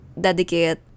dedicate